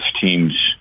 teams